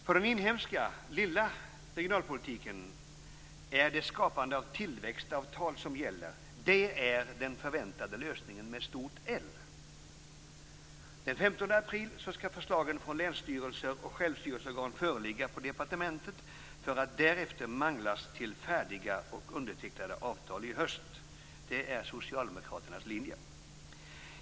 För den inhemska lilla regionalpolitiken är det skapande av tillväxtavtal som gäller, det är den förväntade lösningen med stort L. Den 15 april skall förslagen från länsstyrelser och självstyrelseorgan föreligga på departementet för att därefter manglas till färdiga och undertecknade avtal i höst. Det är socialdemokraternas linje.